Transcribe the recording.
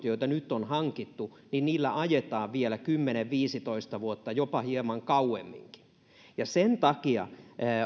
joita nyt on hankittu ajetaan vielä kymmenen viiva viisitoista vuotta jopa hieman kauemminkin sen takia